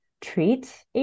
treat